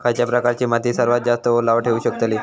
खयच्या प्रकारची माती सर्वात जास्त ओलावा ठेवू शकतली?